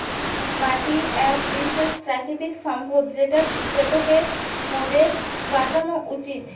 মাটি এক বিশেষ প্রাকৃতিক সম্পদ যেটোকে মোদের বাঁচানো উচিত